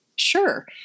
Sure